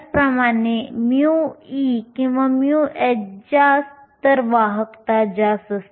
त्याचप्रमाणे μe किंवा μh जास्त तर वाहकता जास्त